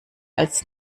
als